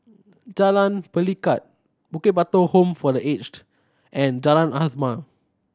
Jalan Pelikat Bukit Batok Home for The Aged and Jalan Azam